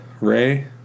ray